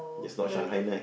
that's not Shanghai-Knight